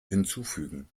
hinzufügen